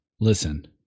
Listen